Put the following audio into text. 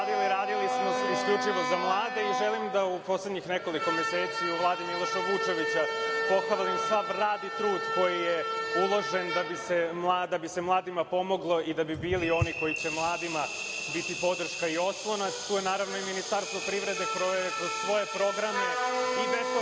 radili smo isključivo za mlade i želim da u proteklih nekoliko meseci u Vladi Miloša Vučevića, pohvalim sav rad i trud, koji je uložen da bi se mladima pomoglo i da bi mladi bili oni koji će mladima biti podrška i oslonac, a tu je naravno i Ministarstvo privrede kroz svoje programe i